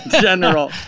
general